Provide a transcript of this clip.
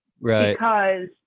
right